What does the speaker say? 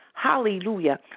Hallelujah